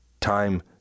Time